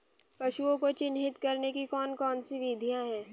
पशुओं को चिन्हित करने की कौन कौन सी विधियां हैं?